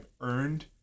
earned